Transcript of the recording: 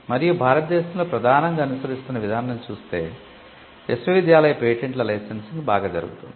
మరియు భారతదేశంలో ప్రధానంగా అనుసరిస్తున్న విధానం చూస్తే విశ్వవిద్యాలయ పేటెంట్ల లైసెన్సింగ్ బాగా జరుగుతుంది